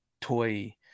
toy